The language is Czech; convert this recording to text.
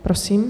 Prosím.